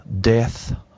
death